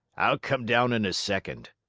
i'll come down in a second.